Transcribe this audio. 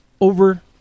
over